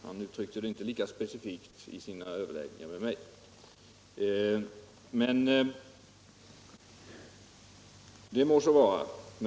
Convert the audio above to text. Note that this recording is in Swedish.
Han uttryckte det inte lika specifikt i sina överläggningar med mig, men det må så vara.